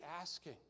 asking